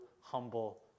humble